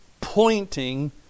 pointing